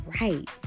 right